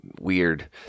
weird